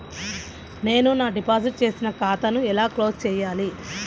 నేను నా డిపాజిట్ చేసిన ఖాతాను ఎలా క్లోజ్ చేయాలి?